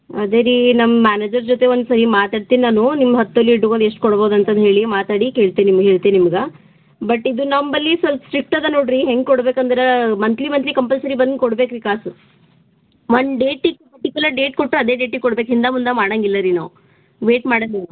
ಅದೇ ರೀ ನಮ್ಮ ಮ್ಯಾನೇಜರ್ ಜೊತೆ ಒಂದ್ಸಲ ಮಾತಾಡ್ತೀನಿ ನಾನು ನಿಮ್ಮ ಹತ್ತು ತೊಲ ಇಟ್ಕೊಂಡು ಎಷ್ಟು ಕೊಡ್ಬೋದು ಅಂತಂದು ಹೇಳಿ ಮಾತಾಡಿ ಕೇಳ್ತೆ ನಿಮ್ಗೆ ಹೇಳ್ತೆ ನಿಮ್ಗೆ ಬಟ್ ಇದು ನಮ್ಮ ಬಳಿ ಸ್ವಲ್ಪ ಸ್ಟ್ರಿಕ್ಟ್ ಅದೆ ನೋಡಿರಿ ಹೆಂಗೆ ಕೊಡ್ಬೇಕಂದ್ರೆ ಮಂತ್ಲಿ ಮಂತ್ಲಿ ಕಂಪಲ್ಸರಿ ಬಂದು ಕೊಡ್ಬೇಕು ರೀ ಕಾಸು ಒಂದು ಡೇಟಿಗೆ ಪರ್ಟಿಕ್ಯುಲರ್ ಡೇಟ್ ಕೊಟ್ಟು ಅದೇ ಡೇಟಿಗೆ ಕೊಡಬೇಕು ಹಿಂದೆ ಮುಂದೆ ಮಾಡೋಂಗಿಲ್ಲ ರೀ ನಾವು ವೆಯ್ಟ್ ಮಾಡೋಂಗಿಲ್ಲ